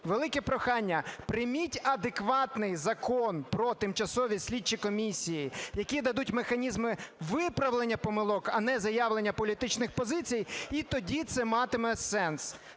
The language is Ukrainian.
велике прохання6 прийміть адекватний закон про тимчасові слідчі комісії, які дадуть механізми виправлення помилок, а не заявлення політичних позицій. І тоді це матиме сенс.